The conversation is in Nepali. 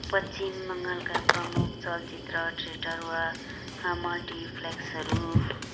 पश्चिम बङ्गालका प्रमुख चलचित्र थिएटर वा मल्टिप्लेक्सहरू